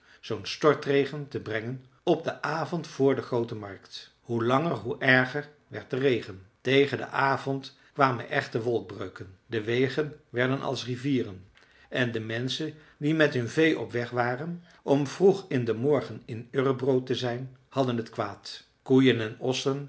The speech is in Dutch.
zoo'n stortregen te brengen op den avond vr de groote markt hoe langer hoe erger werd de regen tegen den avond kwamen echte wolkbreuken de wegen werden als rivieren en de menschen die met hun vee op weg waren om vroeg in den morgen in örebro te zijn hadden het kwaad koeien en ossen